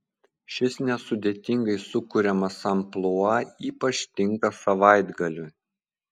šis nesudėtingai sukuriamas amplua ypač tinka savaitgaliui